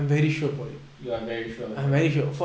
you are very sure boy